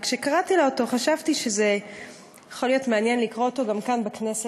וכשקראתי לה אותו חשבתי שיכול להיות מעניין לקרוא אותו גם כאן בכנסת,